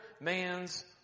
man's